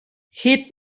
hit